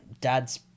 dad's